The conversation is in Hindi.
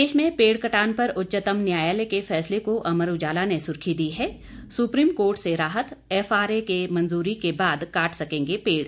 प्रदेश में पेड़ कटान पर उच्चतम न्यायालय के फैसले को अमर उजाला ने सुर्खी दी है सुप्रीम कोर्ट से राहत एफआरए मंजूरी के बाद काट सकेंगे पेड़